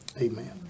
Amen